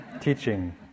teaching